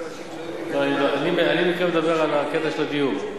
אני מתכוון לדבר על הקטע של הדיור.